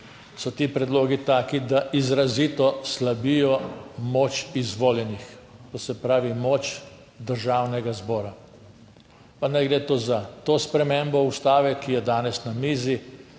so ti predlogi taki, da izrazito slabijo moč izvoljenih, to se pravi moč Državnega zbora, pa naj gre to za to spremembo Ustave, ki je danes na mizi,